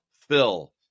Phil